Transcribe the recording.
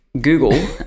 Google